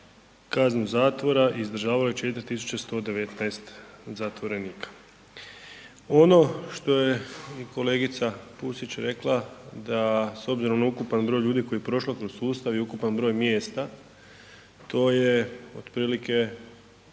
kaznu zatvora izdržavalo je 4119 zatvorenika. Ono što je i kolegica Pusić rekla da s obzirom na ukupan broj ljudi koji je prošlo kroz sustav i ukupan broj mjesta to je otprilike